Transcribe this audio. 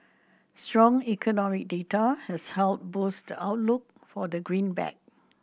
strong economic data has helped boost the outlook for the greenback